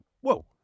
whoa